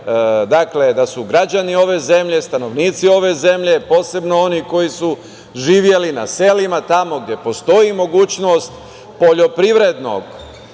da su građani ove zemlje, stanovnici ove zemlje, posebno oni koji su živeli na selima, tamo gde postoji mogućnost poljoprivrednog